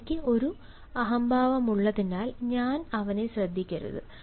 എനിക്ക് ഒരു അഹംഭാവമുള്ളതിനാൽ ഞാൻ അവനെ ശ്രദ്ധിക്കരുത്